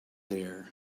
there